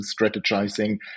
strategizing